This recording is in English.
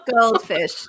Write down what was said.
goldfish